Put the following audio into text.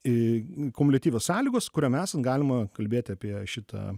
į kumuliatyvios sąlygos kuriom esant galima kalbėti apie šitą